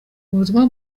ubutumwa